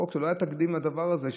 לא היה תקדים לדבר הזה,